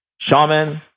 Shaman